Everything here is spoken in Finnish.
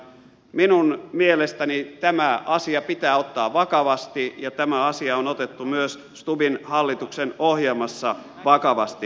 minun mielestäni tämä asia pitää ottaa vakavasti ja tämä asia on otettu myös stubbin hallituksen ohjelmassa vakavasti